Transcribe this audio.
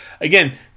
Again